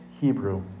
Hebrew